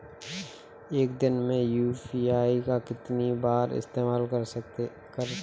एक दिन में यू.पी.आई का कितनी बार इस्तेमाल कर सकते हैं?